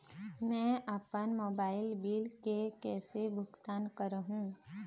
मैं अपन mobile bill के कैसे भुगतान कर हूं?